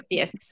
yes